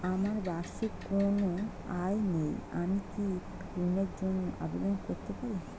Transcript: আমার বার্ষিক কোন আয় নেই আমি কি লোনের জন্য আবেদন করতে পারি?